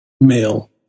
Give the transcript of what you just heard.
male